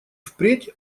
впредь